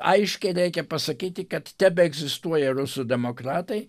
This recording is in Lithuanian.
aiškiai reikia pasakyti kad tebeegzistuoja rusų demokratai